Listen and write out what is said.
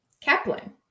Kaplan